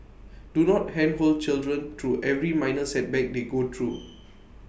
do not handhold children through every minor setback they go through